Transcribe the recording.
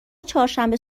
چهارشنبه